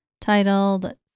titled